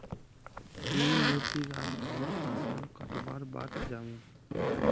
मी मोसी र घर फसल कटवार बाद जामु